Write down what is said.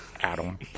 Adam